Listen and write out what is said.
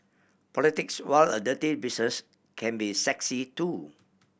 politics while a dirty business can be sexy too